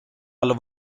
alla